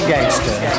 Gangster